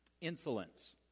Insolence